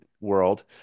world